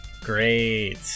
Great